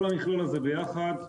כל המכלול הזה ביחד,